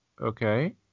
okay